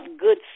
good